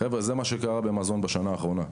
חבר'ה, זה מה שקרה בתחום המזון בשנה האחרונה.